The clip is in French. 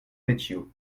vecchio